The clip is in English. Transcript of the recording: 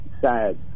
Sad